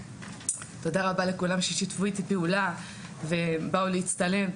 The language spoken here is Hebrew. תודה רבה לכולם ששיתפו איתי פעולה ובאו להצטלם,